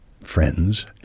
friends